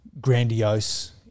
grandiose